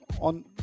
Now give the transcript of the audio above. on